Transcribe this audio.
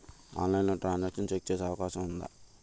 ఆన్లైన్లో transaction check చేసే అవకాశం ఉందా?